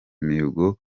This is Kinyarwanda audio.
imihigo